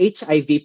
HIV